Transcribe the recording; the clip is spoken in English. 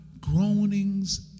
groanings